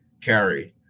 carry